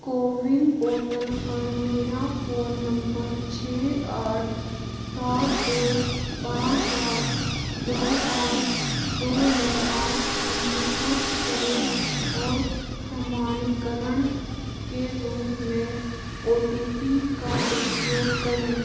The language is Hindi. कोविन पोर्टल पर मेरा फ़ोन नम्बर छः आठ सात दो पाँच आठ दो आठ दो नौ आठ पंजीकृत करो और प्रमाणीकरण के रूप में ओ टी पी का उपयोग करें